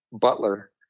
butler